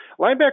linebacker